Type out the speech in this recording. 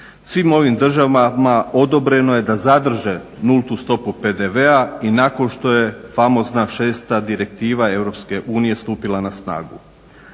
Svim ovim državama odobreno je da zadrže nultu stopu PDV-a i nakon što je famozna 6.direktiva EU stupila na snagu.